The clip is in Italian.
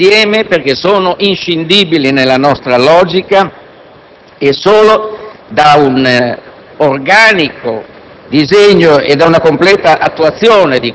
Un obiettivo ambizioso è essenziale per far uscire il Paese da una crisi economica grave e da una sofferenza sociale altrettanto grave,